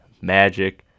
Magic